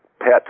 pet